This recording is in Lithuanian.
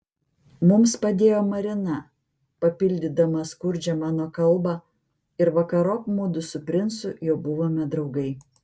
mums padėjo marina papildydama skurdžią mano kalbą ir vakarop mudu su princu jau buvome draugai